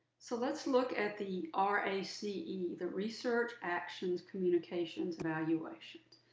so let's look at the r a c e, the research actions communications evaluations.